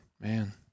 man